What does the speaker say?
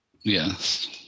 Yes